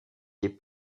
des